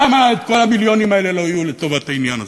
למה כל המיליונים האלה לא יהיו לטובת העניין הזה?